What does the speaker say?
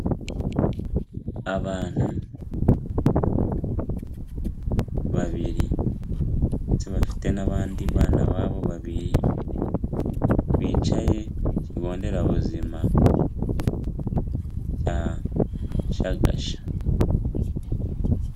Abantu babiri ndetse bafite n'abandi bana babo babiri, bicaye ku kigo nderabuzima cya Shagasha.